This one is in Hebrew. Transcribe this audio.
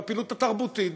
בפעילות התרבותית,